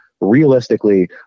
realistically